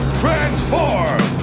transform